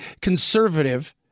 conservative